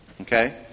Okay